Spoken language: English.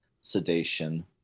sedation